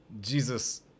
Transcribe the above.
Jesus